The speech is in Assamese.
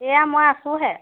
এয়া মই আছোঁহে